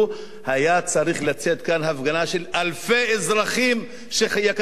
היתה צריכה לצאת כאן הפגנה של אלפי אזרחים שישראל יקרה להם.